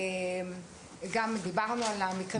וגם דובר על המקרים